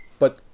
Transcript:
but